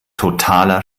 totaler